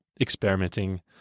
experimenting